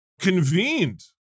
convened